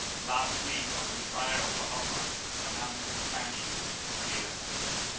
last week i was in pryor, oklahoma to announce an expansion of our data center there.